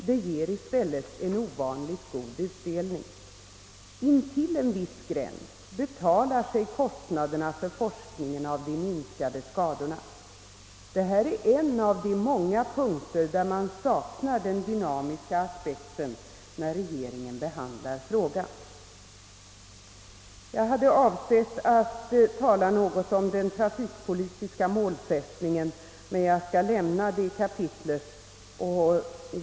Den ger i stället ovanligt god utdelning. Intill en viss gräns betalas kostnaderna för forskningen av de minskade skadorna. Det här är en av de många synpunkter där man saknar den dynamiska aspekten, när regeringen behandlar frågan. Jag hade avsett att tala något om den trafikpolitiska målsättningen, men jag skall med hänsyn till den sena timmen lämna det kapitlet.